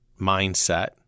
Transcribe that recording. mindset